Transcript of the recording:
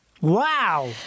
Wow